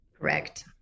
Correct